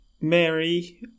Mary